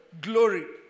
glory